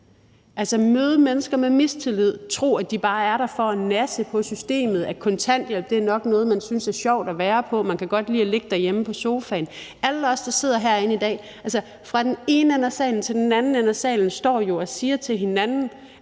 altså møder mennesker med mistillid, tror, at de bare er der for at nasse på systemet, at kontanthjælp nok er noget, man synes er sjovt at være på, at man godt kan lide at ligge derhjemme på sofaen? Alle os, der sidder herinde i dag, fra den ene ende af salen til den anden ende af salen, står jo og siger til hinanden,